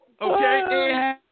Okay